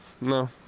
No